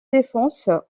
défense